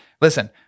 listen